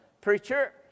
preacher